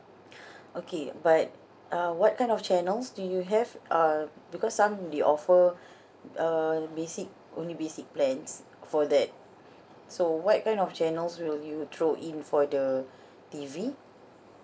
okay but uh what kind of channels do you have uh because some they offer uh basic only basic plans for that so what kind of channels will you throw in for the T_V